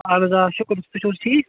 اَہَن حظ آ شُکُر تُہۍ چھِو حظ ٹھیٖک